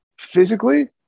physically